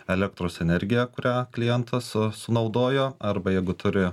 elektros energiją kurią klientas sunaudojo arba jeigu turi